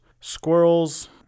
squirrels